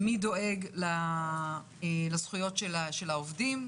מי דואג לזכויות של העובדים?